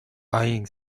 eyeing